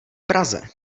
praze